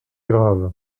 grave